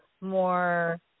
more